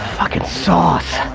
fucking sauce.